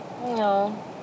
No